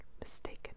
mistaken